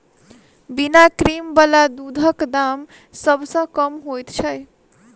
बिना क्रीम बला दूधक दाम सभ सॅ कम होइत छै